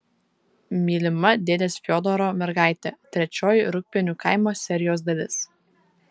mylima dėdės fiodoro mergaitė trečioji rūgpienių kaimo serijos dalis